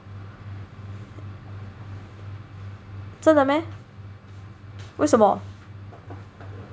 真的 meh 为什么